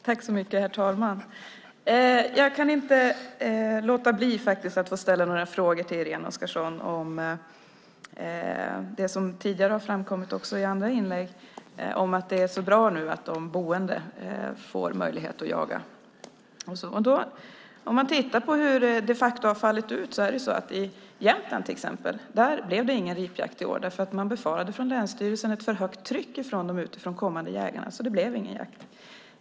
Herr talman! Jag kan inte låta bli att ställa några frågor till Irene Oskarsson om det som har framkommit också i andra inlägg, nämligen att det är så bra att de boende nu får möjlighet att jaga och så vidare. Om man tittar på hur det de facto har fallit ut kan man se att det exempelvis i Jämtland inte blev någon ripjakt i år, för man befarade på länsstyrelsen att det skulle bli ett för starkt tryck från de utifrån kommande jägarna. Därför blev det ingen jakt.